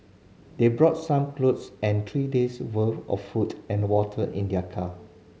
they brought some clothes and three days' worth of food and water in their car